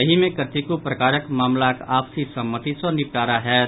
एहि मे कतेको प्रकारक मामिलाक आपसी सहमति सॅ निपटारा होयत